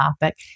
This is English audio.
topic